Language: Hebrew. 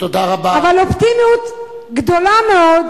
אבל אופטימיות גדולה מאוד,